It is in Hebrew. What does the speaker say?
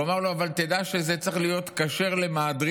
והוא אמר לו: אבל תדע שזה צריך להיות כשר למהדרין,